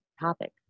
topic